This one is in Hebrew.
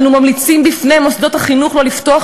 אנו ממליצים בפני מוסדות החינוך לא לפתוח